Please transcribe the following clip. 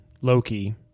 Loki